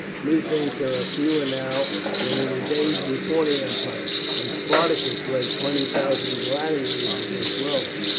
methinks there are fewer now than in the days before the empire, when spartacus led twenty thousand gladiators against rome.